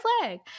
flag